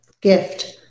gift